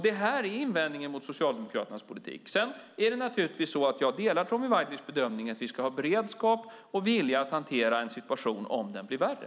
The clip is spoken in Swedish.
Det är invändningen mot Socialdemokraternas politik. Sedan delar jag naturligtvis Tommy Waidelichs bedömning att vi ska ha beredskap och vilja att hantera en situation om den blir värre.